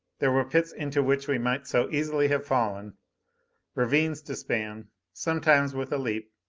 there were pits into which we might so easily have fallen ravines to span, sometimes with a leap,